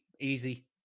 easy